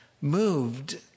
moved